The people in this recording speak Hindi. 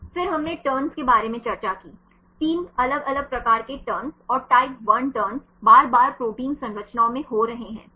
फिर हमने टर्न्स के बारे में चर्चा की 3 अलग अलग प्रकार के टर्न्स और टाइप 1 टर्न्स बार बार प्रोटीन संरचनाओं में हो रहे हैं सही